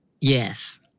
Yes